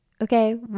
okay